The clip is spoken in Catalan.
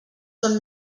són